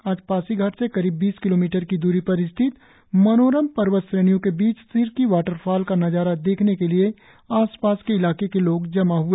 आज पासीघाट से करीब बीस किलोमीटर की दूरी पर स्थिति मनोरम पर्वत श्रेणियों के बीच सिरकी वाटरफाल का नजारा देखने के लिए आसपास के इलाके के लोग जमा हुए